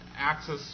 access